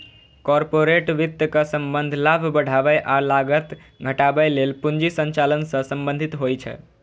corporate वित्तक संबंध लाभ बढ़ाबै आ लागत घटाबै लेल पूंजी संचालन सं संबंधित होइ छै